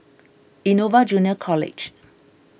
Innova Junior College